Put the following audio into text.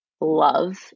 love